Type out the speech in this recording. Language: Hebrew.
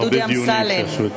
דודי אמסלם,